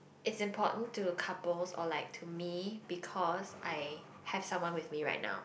it's important to couples or like to me because I have someone with me right now